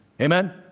Amen